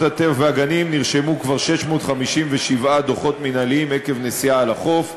הטבע והגנים נרשמו כבר 657 דוחות מינהליים עקב נסיעה על החוף,